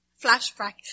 flashback